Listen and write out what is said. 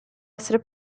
essere